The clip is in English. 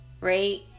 Right